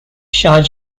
shah